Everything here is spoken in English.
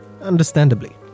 Understandably